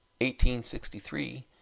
1863